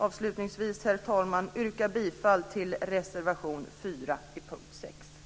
Avslutningsvis, herr talman, vill jag yrka bifall till reservation 4 under punkt 6.